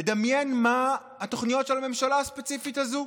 לדמיין מה התוכניות של הממשלה הספציפית הזו,